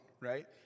right